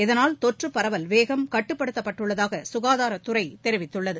இதனால் தொற்று பரவல் வேகம் கட்டுப்படுத்தப் பட்டுள்ளதாக சுகாதாரத்துறை தெரிவித்துள்ளது